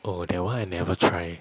oh that one I never try